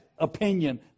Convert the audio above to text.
opinion